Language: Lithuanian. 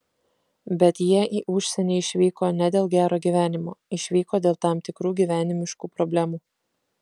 bet jie į užsienį išvyko ne dėl gero gyvenimo išvyko dėl tam tikrų gyvenimiškų problemų